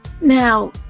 now